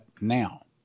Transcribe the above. now